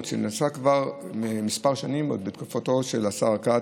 שנעשה כבר כמה שנים עוד בתקופתו של השר כץ,